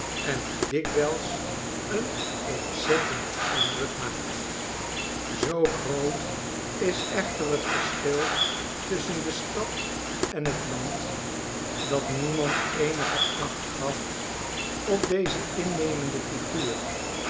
en die dikwijls een ontzettenden indruk maakt zoo groot is echter het verschil tusschen de stad en het land dat niemand eenige achtgaf op deze innemende flguur